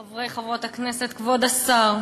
חברי וחברות הכנסת, כבוד השר,